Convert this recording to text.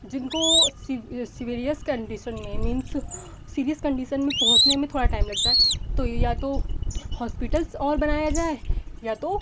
जिनको सिवेरियस कंडीशन में मीन्स सीरियस कंडीसन में पहुँचने में थोड़ा टाइम लगता है तो या तो हॉस्पिटल्स और बनाया जाए या तो